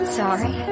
sorry